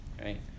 right